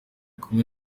kumwe